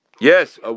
Yes